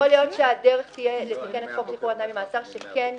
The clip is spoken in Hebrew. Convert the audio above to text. יכול להיות שהדרך תהיה לתקן את חוק שחרור על תנאי ממאסר --- אתם